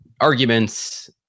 arguments